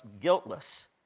guiltless